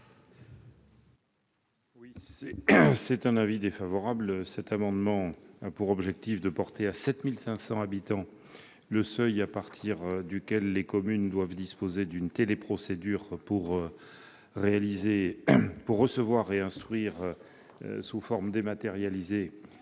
Quel est l'avis du Gouvernement ? Cet amendement a pour objet de porter à 7 500 habitants le seuil à partir duquel les communes devront disposer d'une téléprocédure pour recevoir et instruire sous forme dématérialisée